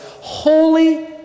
holy